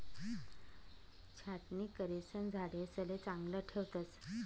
छाटणी करिसन झाडेसले चांगलं ठेवतस